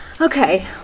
okay